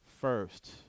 first